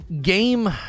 Game